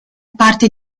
parte